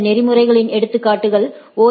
இந்த நெறிமுறைகளின் எடுத்துக்காட்டுகள் ஓ